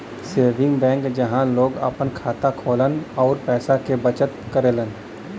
saving bank जहां लोग आपन खाता खोलन आउर पैसा क बचत करलन